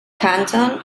canton